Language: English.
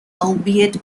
albeit